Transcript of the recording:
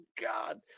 God